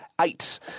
eight